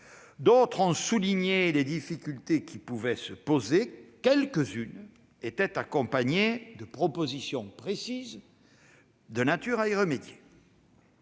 d'autres ont souligné les difficultés qui pouvaient se poser et quelques-unes étaient accompagnées de propositions précises de nature à y remédier.